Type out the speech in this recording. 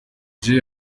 jay